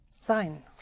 Sein